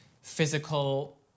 physical